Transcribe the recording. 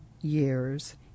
Years